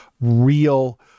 real